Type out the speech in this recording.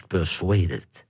Persuaded